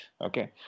okay